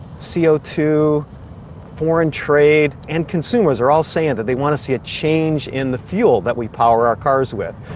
ah two foreign trade, and consumers are all saying that they want to see a change in the fuel that we power our cars with,